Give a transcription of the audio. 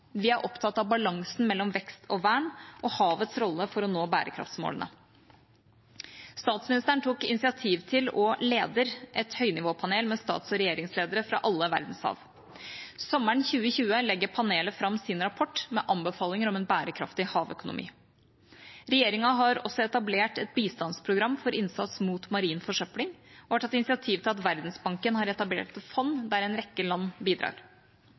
Vi er opptatt av balansen mellom vekst og vern og av havets rolle for å nå bærekraftsmålene. Statsministeren tok initiativ til og leder et høynivåpanel – med stats- og regjeringsledere – for alle verdenshav. Sommeren 2020 legger panelet fram sin rapport med anbefalinger for en bærekraftig havøkonomi. Regjeringa har også etablert et bistandsprogram for innsats mot marin forsøpling og har tatt initiativ til at Verdensbanken har etablert et fond der en rekke land bidrar.